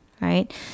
right